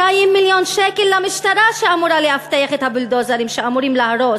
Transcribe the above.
200 מיליון שקל למשטרה שאמורה לאבטח את הבולדוזרים שאמורים להרוס,